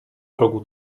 progu